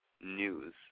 news